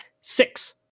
six